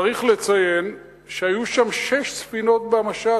צריך לציין שהיו שם שש ספינות במשט,